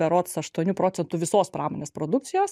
berods aštuonių procentų visos pramonės produkcijos